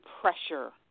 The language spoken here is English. pressure